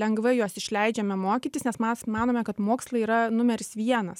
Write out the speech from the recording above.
lengvai juos išleidžiame mokytis nes mes manome kad mokslai yra numeris vienas